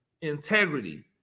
Integrity